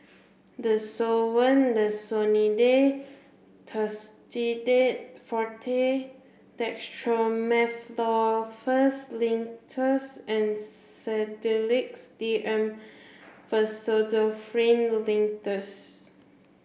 Desowen Desonide Tussidex Forte Dextromethorphan Linctus and Sedilix D M Pseudoephrine Linctus